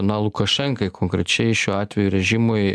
na lukašenkai konkrečiai šiuo atveju režimui